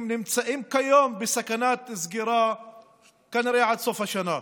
נמצאים כיום בסכנת סגירה כנראה עד סוף השנה.